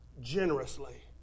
generously